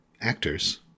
Actors